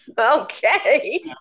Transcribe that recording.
okay